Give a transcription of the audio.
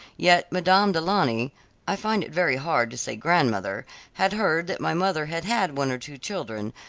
yet madame du launy i find it very hard to say grandmother had heard that my mother had had one or two children,